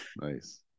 nice